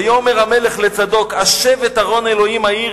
ויאמר המלך לצדוק: "השב את ארון האלוהים העיר,